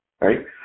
right